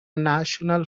national